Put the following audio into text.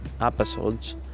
episodes